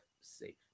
safe